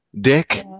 Dick